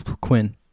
Quinn